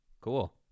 Cool